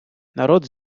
народ